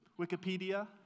Wikipedia